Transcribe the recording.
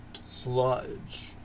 sludge